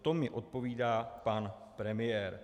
To mi odpovídá pan premiér.